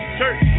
church